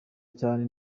cyane